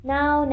Now